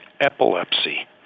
epilepsy